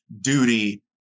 duty